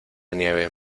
nieve